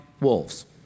wolves